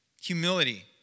Humility